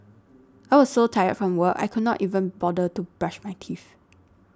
I was so tired from work I could not even bother to brush my teeth